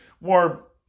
more